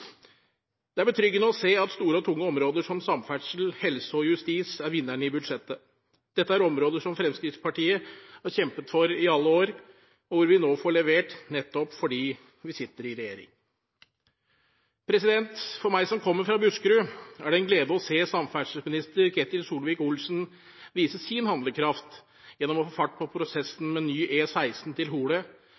Det er betryggende å se at store og tunge områder som samferdsel, helse og justis er vinnerne i budsjettet. Dette er områder som Fremskrittspartiet har kjempet for i alle år, og hvor vi nå får levert, nettopp fordi vi sitter i regjering. For meg som kommer fra Buskerud, er det en glede å se samferdselsminister Ketil Solvik-Olsen vise sin handlekraft gjennom å få fart på prosessen med ny E16 til Hole